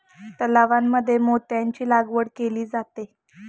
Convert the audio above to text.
तलावांमध्ये मोत्यांची लागवड केली जाते